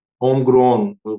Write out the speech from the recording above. homegrown